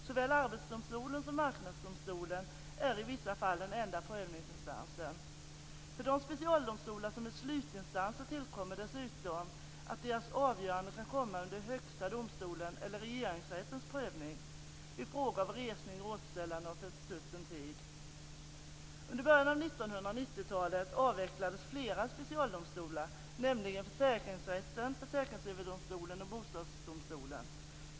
Såväl Arbetsdomstolen som Marknadsdomstolen är i vissa fall den enda prövningsinstansen. För de specialdomstolar som är slutinstanser tillkommer dessutom att deras avgöranden kan komma under Högsta domstolens eller Regeringsrättens prövning vid frågor om resning och återställande av försutten tid. Under början av 1990-talet avvecklades flera specialdomstolar, nämligen försäkringsrätterna, Försäkringsöverdomstolen och Bostadsdomstolen.